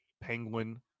penguin